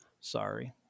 Sorry